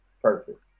Perfect